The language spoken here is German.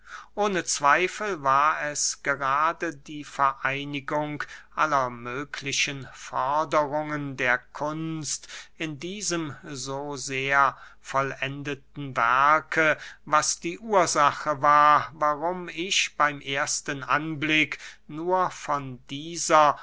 ohne zweifel war es gerade die vereinigung aller möglichen forderungen der kunst in diesem so sehr vollendeten werke was die ursache war warum ich beym ersten anblick nur von dieser